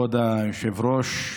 כבוד היושב-ראש,